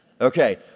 Okay